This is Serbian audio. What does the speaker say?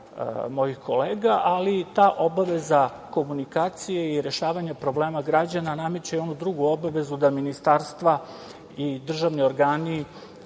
mojih kolega, ali ta obaveza komunikacije i rešavanja problema građana nemeće i onu drugu obavezu, da ministarstva i državni organi